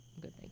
Good